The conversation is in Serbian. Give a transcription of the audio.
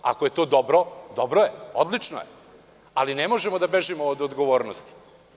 Ako je to dobro, dobro je, odlično je, ali ne možemo da bežimo od odgovornosti.